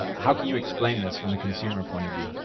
how can you explain this from the consumer point of view?